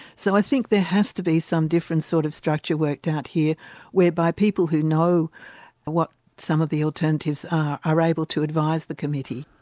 so i think there has to be some different sort of structure worked out here whereby people who know what some of the alternatives are, are able to advise the committee.